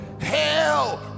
hell